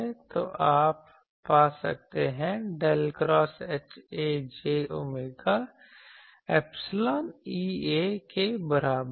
तो आप पा सकते हैं del cross HA j omega epsilon EA के बराबर है